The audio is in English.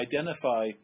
identify